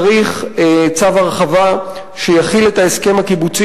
צריך צו הרחבה שיחיל את ההסכם הקיבוצי